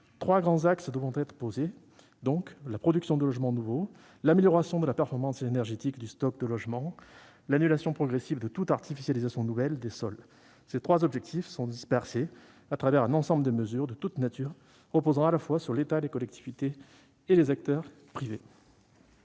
Trois grands axes devront donc être posés : la production de logements nouveaux, l'amélioration de la performance énergétique du stock de logements et l'annulation progressive de toute artificialisation nouvelle des sols. Ces trois objectifs sont dispersés au travers d'un ensemble de mesures de toute nature reposant à la fois sur l'État, les collectivités et les acteurs privés.